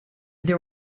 there